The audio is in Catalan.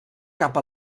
cap